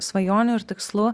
svajonių ir tikslų